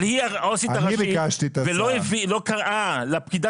אבל היא העו"סית הראשית והיא לא קראה לפקידה